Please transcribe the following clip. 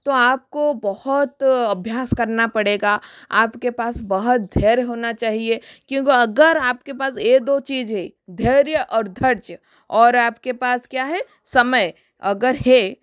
तो आपको बहुत अभ्यास करना पड़ेगा आपके पास बहुत धैर्य होना चाहिए क्योंकि अगर आपके पास यह दो चीज़ है धैर्य और धीरज और आपके पास क्या है समय अगर है